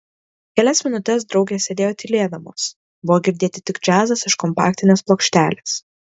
kelias minutes draugės sėdėjo tylėdamos buvo girdėti tik džiazas iš kompaktinės plokštelės